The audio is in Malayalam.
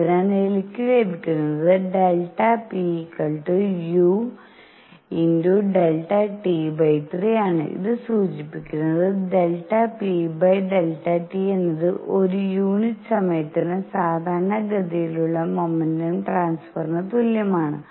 അതിനാൽ എനിക്ക് ലഭിക്കുന്നത് Δ pu Δt 3 ആണ് ഇത് സൂചിപ്പിക്കുന്നത് Δ p Δt എന്നത് ഒരു യൂണിറ്റ് സമയത്തിന് സാധാരണഗതിയിലുള്ള മൊമെന്റം ട്രാൻസ്ഫറിന് തുല്യമാണ്